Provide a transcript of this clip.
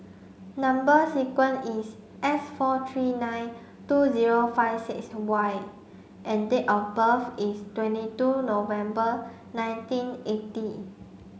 number sequence is S four three nine two zero five six Y and date of birth is twenty two November nineteen eighty